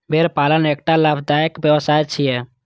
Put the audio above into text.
भेड़ पालन एकटा लाभदायक व्यवसाय छियै